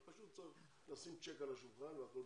פשוט צריך לשים צ'ק על השולחן והכול בסדר,